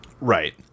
Right